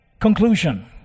conclusion